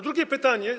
Drugie pytanie.